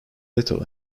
little